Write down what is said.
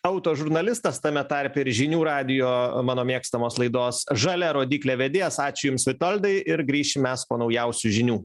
auto žurnalistas tame tarpe ir žinių radijo mano mėgstamos laidos žalia rodyklė vedėjas ačiū jums vitoldai ir grįšim mes po naujausių žinių